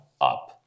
up